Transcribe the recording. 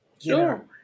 Sure